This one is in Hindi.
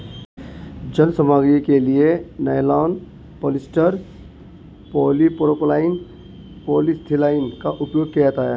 जाल सामग्री के लिए नायलॉन, पॉलिएस्टर, पॉलीप्रोपाइलीन, पॉलीएथिलीन का उपयोग किया जाता है